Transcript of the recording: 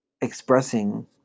expressing